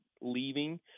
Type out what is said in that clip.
leaving